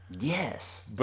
Yes